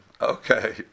Okay